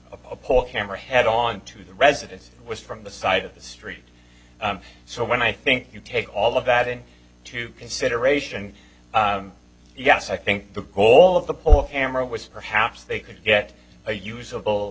a pole camera head on to the residence from the side of the street so when i think you take all of that in to consideration yes i think the goal of the poll camera was perhaps they could get a usable